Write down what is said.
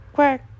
Quack